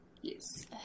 Yes